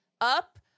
up